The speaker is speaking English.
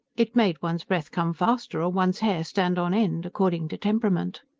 it made one's breath come faster or one's hair stand on end, according to temperament.